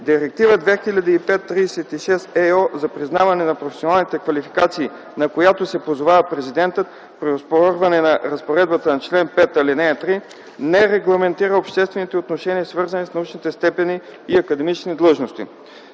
Директива 2005/36/ ЕО за признаване на професионални квалификации, на която се позовава президентът при оспорване на разпоредбата на чл. 5, ал. 3, не регламентира обществените отношения, свързани с научните степени и академичните длъжности.